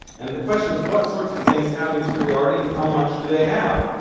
and the question is, what sorts of things have interiority, and how much do they have?